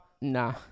nah